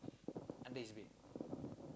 under his bed